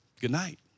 goodnight